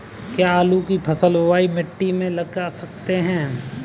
क्या आलू की फसल बलुई मिट्टी में लगा सकते हैं?